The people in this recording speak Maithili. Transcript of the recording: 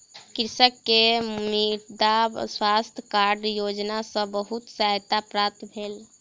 कृषक के मृदा स्वास्थ्य कार्ड योजना सॅ बहुत सहायता प्राप्त भेल